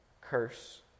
curse